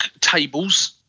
tables